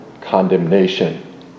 condemnation